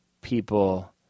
people